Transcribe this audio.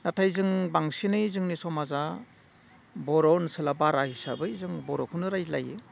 नाथाय जों बांसिनै जोंनि समाजा बर' ओनसोला बारा हिसाबै जों बर'खौनो रायज्लायो